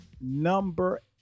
number